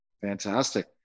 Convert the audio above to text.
Fantastic